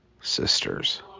sisters